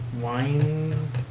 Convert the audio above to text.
wine